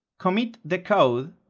commit the code,